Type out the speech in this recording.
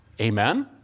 Amen